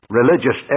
religious